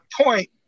point